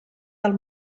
del